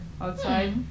outside